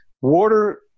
water